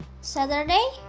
Saturday